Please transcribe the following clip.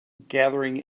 gathering